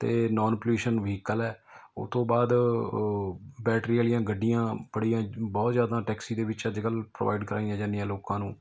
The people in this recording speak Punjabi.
ਅਤੇ ਨੋਨ ਪਲਿਊਸ਼ਨ ਵਹੀਕਲ ਹੈ ਉਹ ਤੋਂ ਬਾਅਦ ਬੈਟਰੀ ਵਾਲੀਆਂ ਗੱਡੀਆਂ ਬੜੀਆਂ ਬਹੁਤ ਜ਼ਿਆਦਾ ਟੈਕਸੀ ਦੇ ਵਿੱਚ ਅੱਜ ਕੱਲ੍ਹ ਪ੍ਰੋਵਾਈਡ ਕਰਵਾਈਆਂ ਜਾਂਦੀਆਂ ਲੋਕਾਂ ਨੂੰ